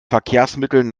verkehrsmitteln